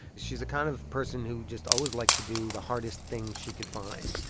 she's the kind of person who just always liked to do the hardest thing she could find.